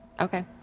Okay